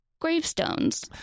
gravestones